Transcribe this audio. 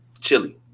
chili